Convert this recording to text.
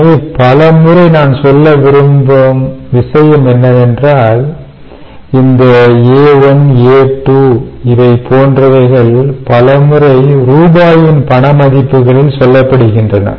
எனவே பல முறை நான் சொல்ல விரும்பும் விஷயம் என்னவென்றால் இந்த a1 a2 இவை போன்றவைகள் பல முறை ரூபாயின் பண மதிப்புகளில் சொல்லப்படுகின்றன